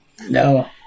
No